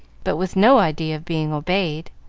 but with no idea of being obeyed.